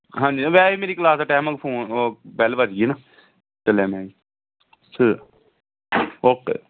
ਹਾਂਜੀ ਵੈਸੇ ਵੀ ਮੇਰੀ ਕਲਾਸ ਦਾ ਟਾਈਮ ਆ ਫਓਨ ਉਹ ਵੈੱਲ ਵੱਜ ਗਈ ਆ ਨਾ ਚੱਲਿਆ ਜੀ ਮੈਂ ਜੀ ਤੇ ਓਕੇ